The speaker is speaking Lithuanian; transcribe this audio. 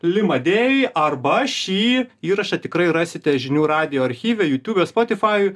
lima dėjuj arba šį įrašą tikrai rasite žinių radijo archyve jūtube spotifajuj